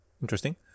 interesting